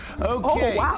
Okay